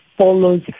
follows